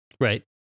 Right